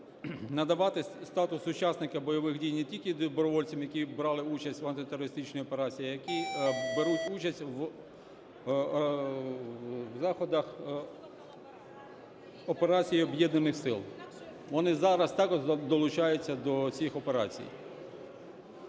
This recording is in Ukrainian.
Надаватись статус учасникам бойових дій не тільки добровольцям, які брали участь в антитерористичній операції, а які беруть участь в заходах Операції об'єднаних сил. Вони зараз також долучаються до цих операцій.